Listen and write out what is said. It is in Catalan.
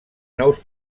nous